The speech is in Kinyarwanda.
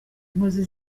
inkozi